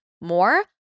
more